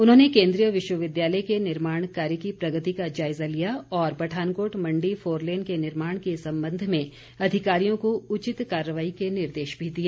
उन्होंने केंद्रीय विश्वविद्यालय के निर्माण कार्य की प्रगति का जायजा लिया और पठानकोट मंडी फोरलेन के निर्माण के संबंध में अधिकारियों को उचित कार्रवाई के निर्देश भी दिए